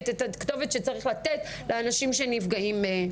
את הכתובת שצריך לתת לאנשים שנפגעים מהם.